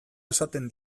esaten